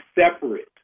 separate